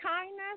Kindness